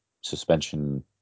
Suspension